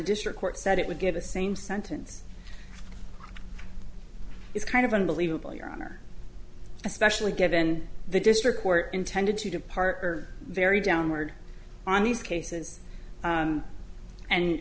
district court said it would give the same sentence it's kind of unbelievable your honor especially given the district court intended to depart or very downward on these cases